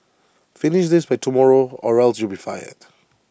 finish this by tomorrow or else you'll be fired